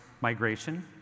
migration